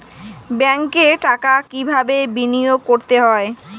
ব্যাংকে টাকা কিভাবে বিনোয়োগ করতে হয়?